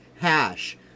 hash